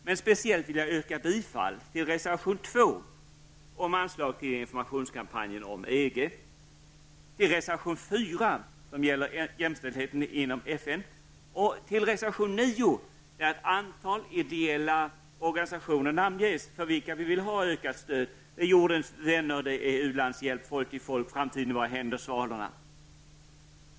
Men speciellt vill jag yrka bifall till reservation 2, om anslag till informationskampanjen om EG, till reservation 4 som gäller jämställdheten inom FN och till reservation 9 där ett antal ideella organisationer namnges för vilka vi vill ha ökat stöd; det är Jordens vänner, U-landshjälp, Folk till folk, Framtiden i våra händer och Svalorna.